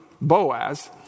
Boaz